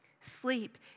Sleep